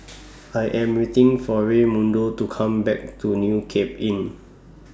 I Am waiting For Raymundo to Come Back from New Cape Inn